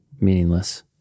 meaningless